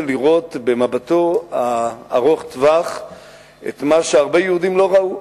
לראות במבטו ארוך הטווח את מה שהרבה יהודים לא ראו,